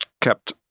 kept